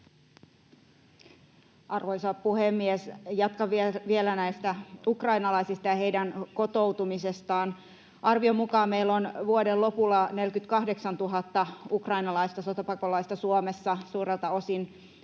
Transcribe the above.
Arvoisa puhemies! Jatkan vielä näistä ukrainalaisista ja heidän kotoutumisestaan. Arvion mukaan meillä on vuoden lopulla 48 000 ukrainalaista sotapakolaista Suomessa, suurelta osin